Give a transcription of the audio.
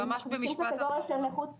אם ישתמשו בקטגוריה של נכות פיזית,